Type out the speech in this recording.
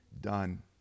done